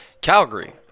Calgary